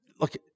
Look